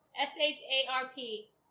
S-H-A-R-P